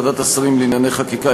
החליטה ועדת השרים לענייני חקיקה,